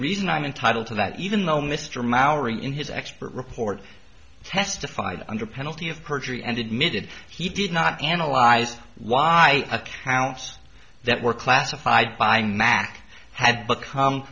reason i'm entitled to that even though mr mallory in his expert report testified under penalty of perjury and admitted he did not analyze why accounts that were classified buying math had become